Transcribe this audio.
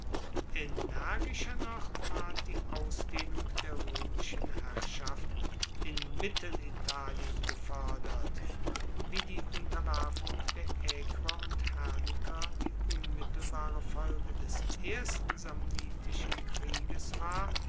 energischer noch ward die ausdehnung der roemischen herrschaft in mittelitalien gefoerdert wie die unterwerfung der aequer und herniker die unmittelbare folge des ersten samnitischen krieges war